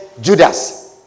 Judas